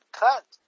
cut